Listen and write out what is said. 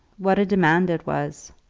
what a demand it was.